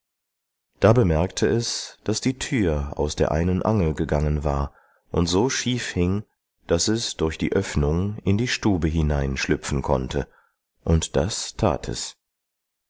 da bemerkte es daß die thür aus der einen angel gegangen war und so schief hing daß es durch die öffnung in die stube hinein schlüpfen konnte und das that es